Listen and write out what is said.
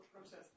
process